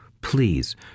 please